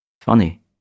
Funny